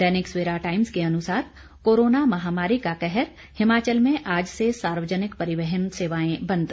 दैनिक Savera Times के अनुसार corona महामारी का कहर हिमाचल में आज से सार्वजनिक परिवहन सेवाएं बंद